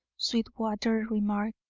sweetwater remarked,